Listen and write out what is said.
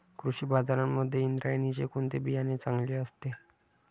कृषी बाजारांमध्ये इंद्रायणीचे कोणते बियाणे चांगले असते?